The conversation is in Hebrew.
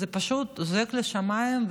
זה פשוט זועק לשמיים.